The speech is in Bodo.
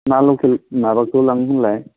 ना लखेल मावाखौ लाङो होनलाय